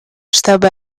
чтобы